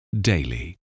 daily